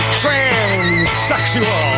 transsexual